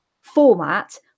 format